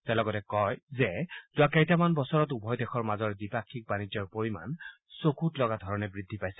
তেওঁ লগতে কয় যে যোৱা কেইটামান বছৰত উভয় দেশৰ মাজৰ দ্বিপাক্ষিক বাণিজ্যৰ পৰিমাণ চকুত লগা ধৰণে বৃদ্ধি পাইছে